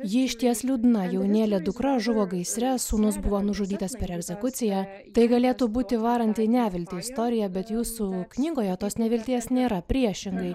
ji išties liūdna jaunėlė dukra žuvo gaisre sūnus buvo nužudytas per egzekuciją tai galėtų būti varanti į neviltį istorija bet jūsų knygoje tos nevilties nėra priešingai